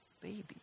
baby